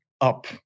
up